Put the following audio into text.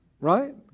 right